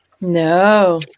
No